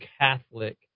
Catholic